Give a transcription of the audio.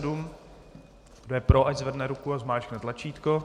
Kdo je pro, ať zvedne ruku a zmáčkne tlačítko.